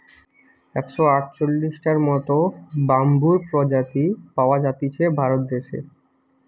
একশ আটচল্লিশটার মত বাম্বুর প্রজাতি পাওয়া জাতিছে ভারত দেশে